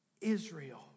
Israel